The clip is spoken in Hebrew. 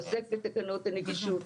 עוסק בתקנות הנגישות,